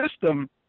system